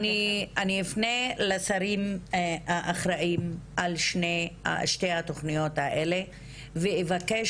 אני אפנה לשרים האחראים על שתי התוכניות האלה ואבקש